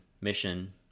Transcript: mission